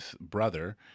brother